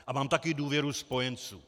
A mám taky důvěru spojenců.